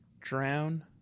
drown